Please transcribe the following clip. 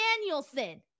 Danielson